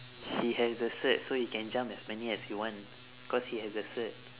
he has the cert so he can jump as many as he want cause he has the cert